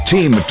Team